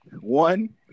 One